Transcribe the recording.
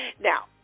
now